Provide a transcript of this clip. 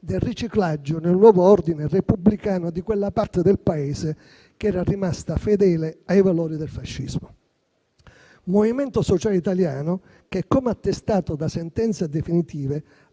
del riciclaggio, nel nuovo ordine repubblicano, di quella parte del Paese che era rimasta fedele ai valori del fascismo. Il Movimento Sociale Italiano - come attestato da sentenze definitive